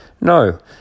No